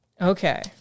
Okay